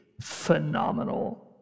phenomenal